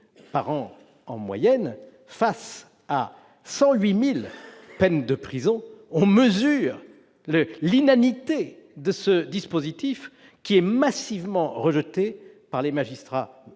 par an en moyenne face à 108 000 peines de prison -, permettent de mesurer l'inanité de ce dispositif, qui est massivement rejeté par les magistrats.